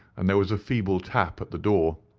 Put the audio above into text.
and there was a feeble tap at the door.